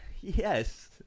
yes